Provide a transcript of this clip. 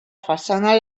façana